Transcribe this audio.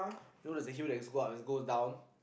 you know there's a hill there's go up and it go down